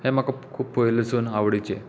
हें म्हाका खूब पयलीसून आवडीचें